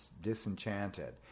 disenchanted